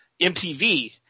MTV